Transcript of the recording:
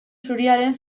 zuriaren